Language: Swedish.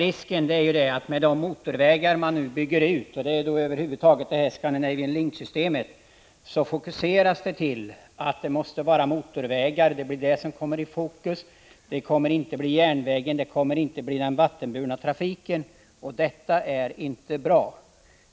Risken är dock den att utbyggnaden av Scandinavian Link-systemet innebär att motorvägarna kommer i fokus, inte järnvägarna och den vattenburna trafiken, och detta är inte bra.